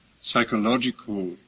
psychological